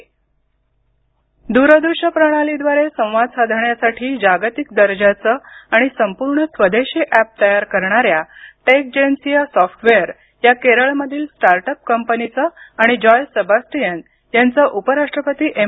उपराष्ट्रपती दूरदृश्य प्रणालीद्वारे संवाद साधण्यासाठी जागतिक दर्जाचं आणि संपूर्ण स्वदेशी ऍप तयार करणाऱ्या टेकजेन्सिया सॉफ्टवेअर या केरळमधील स्टार्ट अप कंपनीचं आणि जॉय सबास्टियन यांचं उपराष्ट्रपती एम